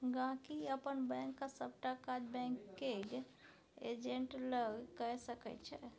गांहिकी अपन बैंकक सबटा काज बैंकिग एजेंट लग कए सकै छै